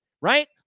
Right